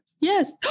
Yes